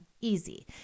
easy